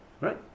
right